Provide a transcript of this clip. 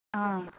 आं